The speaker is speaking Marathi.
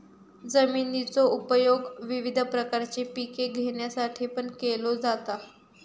जमिनीचो उपयोग विविध प्रकारची पिके घेण्यासाठीपण केलो जाता